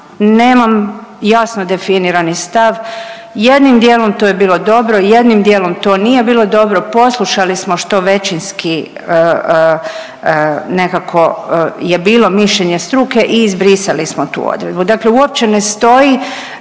nemam jasno definirani stav. Jednim dijelom to je bilo dobro, jednim dijelom to nije bilo dobro. Poslušali smo što većinski nekako je bilo mišljenje struke i izbrisali smo tu odredbu. Dakle uopće ne stoji